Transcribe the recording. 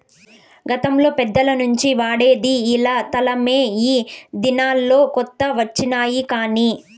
గతంలో పెద్దల నుంచి వాడేది ఇలా తలమే ఈ దినాల్లో కొత్త వచ్చినాయి కానీ